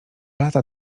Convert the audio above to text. lata